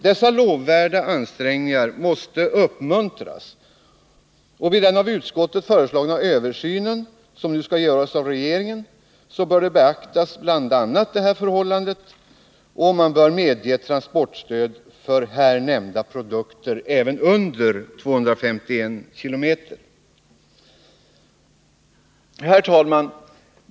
Dessa lovvärda ansträngningar måste uppmuntras, och vid den av utskottet föreslagna översynen bör regeringen beakta bl.a. detta förhållande och medge transportstöd för här nämnda produkter även under 251 km. Herr talman!